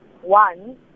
one